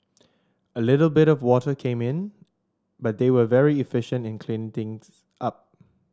a little bit of water came in but they were very efficient in clean things up